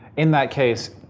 in that case,